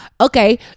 Okay